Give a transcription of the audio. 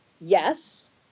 yes